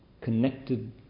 connected